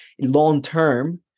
long-term